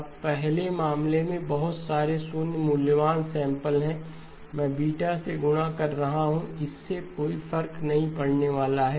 अब पहले मामले में बहुत सारे शून्य मूल्यवान सैंपल हैं मैं बीटा से गुणा कर रहा हूं इससे कोई फर्क नहीं पड़ने वाला है